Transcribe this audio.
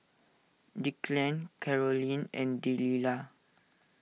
Declan Karolyn and Delilah